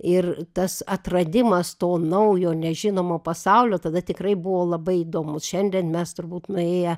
ir tas atradimas to naujo nežinomo pasaulio tada tikrai buvo labai įdomus šiandien mes turbūt nuėję